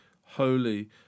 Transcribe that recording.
Holy